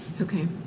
Okay